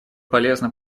полезно